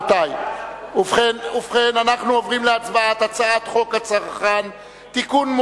אנחנו עוברים להצבעה על הצעת חוק הגנת הצרכן (תיקון,